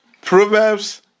Proverbs